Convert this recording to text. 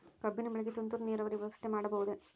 ಕಬ್ಬಿನ ಬೆಳೆಗೆ ತುಂತುರು ನೇರಾವರಿ ವ್ಯವಸ್ಥೆ ಮಾಡಬಹುದೇ?